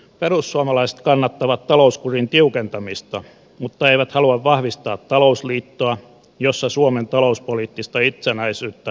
perussuomalaiset kannattavat talouskurin tiukentamista mutta eivät halua vahvistaa talousliittoa jossa suomen talouspoliittista itsenäisyyttä luovutetaan pois